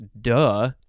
Duh